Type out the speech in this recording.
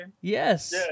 Yes